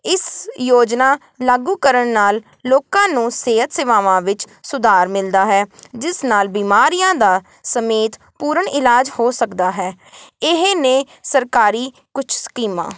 ਇਸ ਯੋਜਨਾ ਲਾਗੂ ਕਰਨ ਨਾਲ ਲੋਕਾਂ ਨੂੰ ਸਿਹਤ ਸੇਵਾਵਾਂ ਵਿੱਚ ਸੁਧਾਰ ਮਿਲਦਾ ਹੈ ਜਿਸ ਨਾਲ ਬਿਮਾਰੀਆਂ ਦਾ ਸਮੇਤ ਪੂਰਨ ਇਲਾਜ ਹੋ ਸਕਦਾ ਹੈ ਇਹ ਨੇ ਸਰਕਾਰੀ ਕੁਛ ਸਕੀਮਾਂ